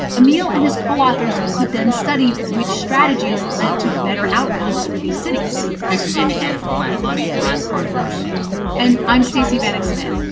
emil and his co-authors could then study which strategies led to better outcomes for these cities this is the indicator from planet money. i'm cardiff garcia and i'm stacey vanek smith.